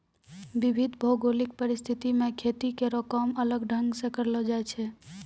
विविध भौगोलिक परिस्थिति म खेती केरो काम अलग ढंग सें करलो जाय छै